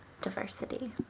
Diversity